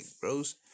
bros